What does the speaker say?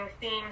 themes